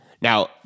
Now